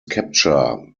capture